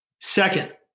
Second